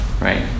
Right